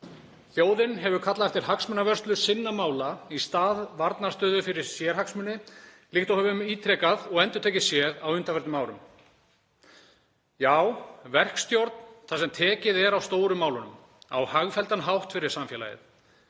Þjóðin hefur kallað eftir hagsmunavörslu sinna mála í stað varnarstöðu fyrir sérhagsmuni líkt og við höfum ítrekað og endurtekið séð á undanförnum árum. Já, verkstjórn þar sem tekið er á stórum málunum á hagfelldan hátt fyrir samfélagið.